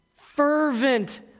Fervent